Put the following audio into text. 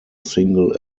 single